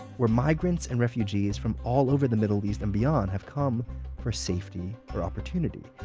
where migrants and refugees from all over the middle east and beyond have come for safety or opportunity.